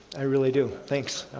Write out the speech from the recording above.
i really do, thanks.